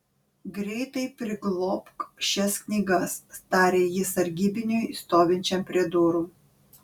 greitai priglobk šias knygas tarė jis sargybiniui stovinčiam prie durų